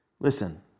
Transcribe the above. listen